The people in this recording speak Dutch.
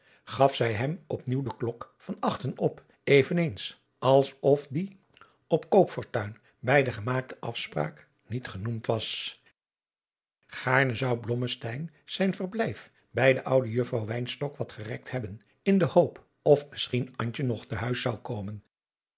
gaf zij hem op nieuw de klok van achten op eveneens als of die op koopfortuin bij de gemaakte asspraak niet genoemd was gaarne zou blommesteyn zijn verblijf bij de oude juffrouw wynstok wat gerekt hebben in de hoop of misschien antje nog te huis zou komen